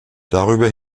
darüber